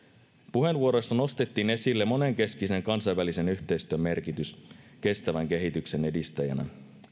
puheenvuoroissa nostettiin esille monenkeskisen kansainvälisen yhteistyön merkitys kestävän kehityksen edistäjänä